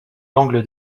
l’angle